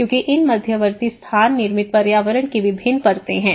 क्योंकि इन मध्यवर्ती स्थान निर्मित पर्यावरण की विभिन्न परतें हैं